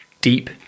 deep